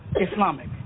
Islamic